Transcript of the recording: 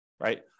right